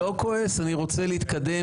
לא כועס, אני רוצה להתקדם.